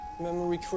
memory